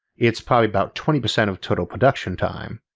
it's probably about twenty percent of total production time.